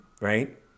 right